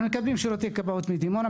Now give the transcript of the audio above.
אנחנו מקבלים שירותי כבאות מדימונה,